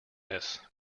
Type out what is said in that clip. this